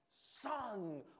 Son